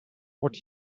what